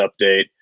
update